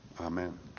Amen